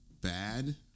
bad